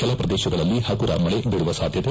ಕೆಲಪ್ರದೇಶಗಳಲ್ಲಿ ಹಗುರವಾಗಿ ಮಳೆ ಬೀಳುವ ಸಾಧ್ಯತೆ